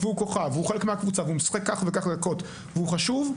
והוא כוכב והוא חלק מהקבוצה והוא משחק כך וכך דקות והוא חשוב,